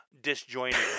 disjointed